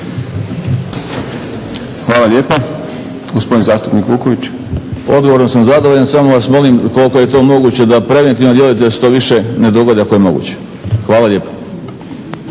Hvala lijepa. Gospodin zastupnik Vuković. **Vuković, Jovo (SDSS)** Odgovorom sam zadovoljan samo vas molim ukoliko je to moguće da preventivno djelujete da se to više ne dogodi ako je moguće. Hvala lijepo.